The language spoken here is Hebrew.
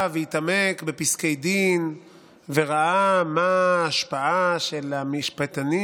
והתעמק בפסקי דין וראה מה ההשפעה של המשפטנים